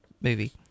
movie